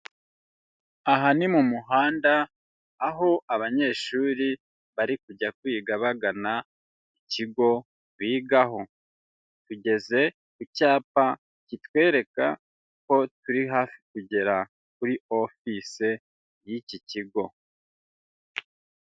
Aha ni mu muhanda aho abanyeshuri bari kujya kwiga bagana ku kigo bigaho, tugeze ku cyapa kitwereka ko turi hafi kugera kuri ofise y'iki kigo.